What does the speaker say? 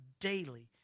daily